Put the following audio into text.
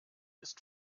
ist